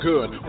Good